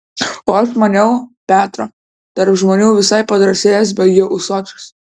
o aš maniau petro tarp žmonių visai padrąsėjęs baigia ūsočius